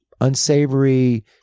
unsavory